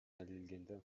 далилденген